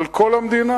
על כל המדינה.